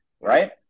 Right